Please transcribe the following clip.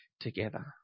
together